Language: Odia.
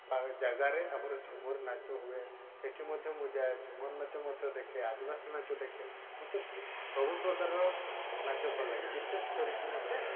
ଜାଗାରେ ଆମର ଝୁମୁର୍ ନାଚ ହୁଏ ସେଠି ମଧ୍ୟ ମୁଁ ଯାଏ ଝୁମୁର୍ ନାଚ ମଧ୍ୟ ଦେଖେ ଆଦିବାସୀ ନାଚ ଦେଖେ ମୋତେ ସବୁ ପ୍ରକାରର ନାଚ ଭଲ ଲାଗେ ବିଶେଷ କରିକି ମୋତେ